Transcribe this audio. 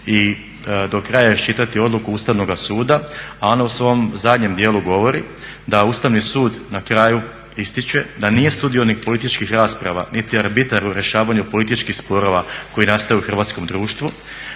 i do kraja iščitati odluku Ustavnoga suda a ona u svom zadnjem dijelu govori da Ustavni sud na kraju ističe da nije sudionik političkih rasprava niti arbitar u rješavanju političkih sporova koji nastaju u hrvatskom društvu.